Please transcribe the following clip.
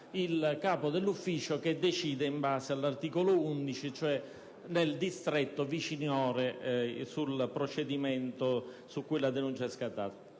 il capo dell'ufficio che decide in base all'articolo 11, cioè nel distretto viciniore, sul procedimento su cui la denuncia è scattata.